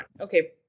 Okay